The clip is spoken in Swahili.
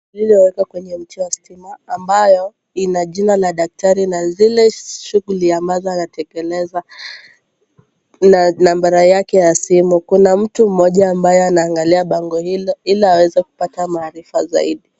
Lililowekwa kwenye mti wa stima, ambayo ina jina la daktari na zile shughuli ambazo anatekeleza na nambari yake ya simu. Kuna mtu mmoja ambaye anaangalia bango hilo, ili aweze kupata maarifa zaidi.